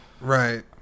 right